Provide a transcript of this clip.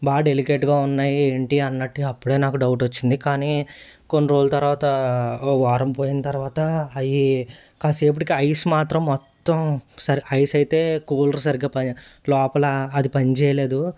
బాగా డెలికేట్గా ఉన్నాయి ఏంటి అన్నట్టు అప్పుడే నాకు డౌట్ వచ్చింది కానీ కొన్ని రోజుల తర్వాత ఓ వారం పోయిన తర్వాత అయి కాసేపటికి ఐస్ మాత్రం మొత్తం సరే ఐస్ అయితే కూలర్ సరిగా పన్ లోపల అది పని చేయలేదు